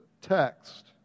text